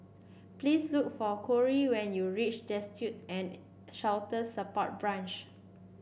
please look for Kory when you reach Destitute and Shelter Support Branch